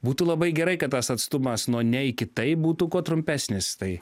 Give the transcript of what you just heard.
būtų labai gerai kad tas atstumas nuo ne iki taip būtų kuo trumpesnis tai